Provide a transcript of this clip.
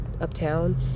uptown